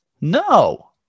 No